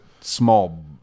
small